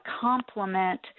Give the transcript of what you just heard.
complement